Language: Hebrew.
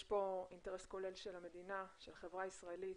יש פה אינטרס כולל של המדינה, של החברה הישראלית